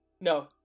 No